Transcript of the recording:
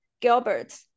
Gilbert